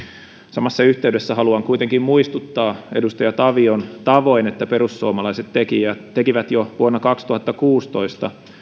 samassa yhteydessä haluan kuitenkin muistuttaa edustaja tavion tavoin että perussuomalaiset tekivät jo vuonna kaksituhattakuusitoista